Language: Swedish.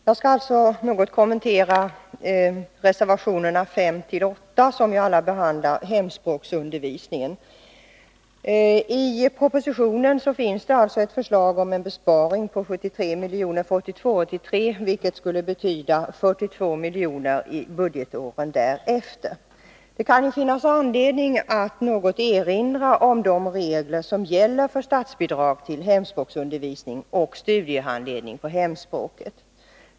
Herr talman! Jag skall något kommentera reservationerna 5-8, som alla behandlar hemspråksundervisningen. I propositionen finns det ett förslag om besparing på 73 milj.kr. för 79 1982/83, vilket skulle betyda ca 42 milj.kr. för budgetåren därefter. Det kan finnas anledning att något erinra om de regler som gäller för statsbidrag till hemspråksundervisning och studiehandledning på hemspråket.